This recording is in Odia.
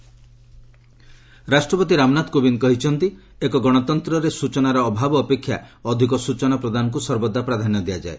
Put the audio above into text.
ପ୍ରେଜ୍ ସିଆଇସି ରାଷ୍ଟ୍ରପତି ରାମନାଥ କୋବିନ୍ଦ୍ କହିଛନ୍ତି ଏକ ଗଣତନ୍ତ୍ରରେ ସ୍ଚଚନାର ଅଭାବ ଅପେକ୍ଷା ଅଧିକ ସୂଚନା ପ୍ରଦାନକୁ ସର୍ବଦା ପ୍ରାଧାନ୍ୟ ଦିଆଯାଏ